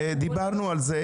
דיברנו על זה.